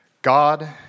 God